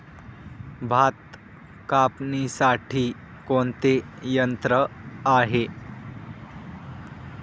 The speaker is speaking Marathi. भात कापणीसाठी कोणते यंत्र आहे?